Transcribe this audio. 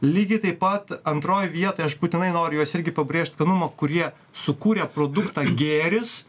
lygiai taip pat antroj vietoj aš būtinai noriu juos irgi pabrėžt cannumo kurie sukūrė produktą gėris